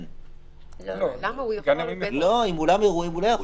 אם הוא אולם אירועים, הוא לא יכול.